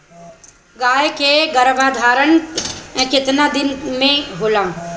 गाय के गरभाधान केतना दिन के होला?